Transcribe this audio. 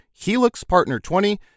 HelixPartner20